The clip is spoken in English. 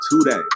today